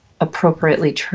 appropriately